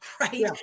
right